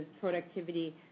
productivity